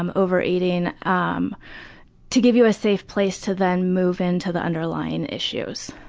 um overeating um to give you a safe place to then move into the underlying issues.